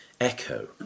echo